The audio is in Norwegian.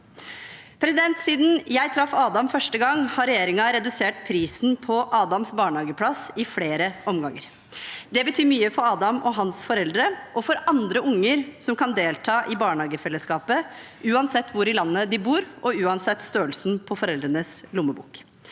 Siden jeg traff Adam første gang, har regjeringen redusert prisen på Adams barnehageplass i flere omganger. Det betyr mye for Adam og hans foreldre og for andre unger som kan delta i barnehagefellesskapet, uansett hvor i landet de bor, og uansett størrelsen på foreldrenes lommebok.